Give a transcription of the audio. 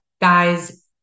guys